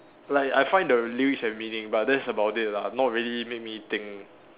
like I find the lyrics have meaning but that's about it lah not really make me think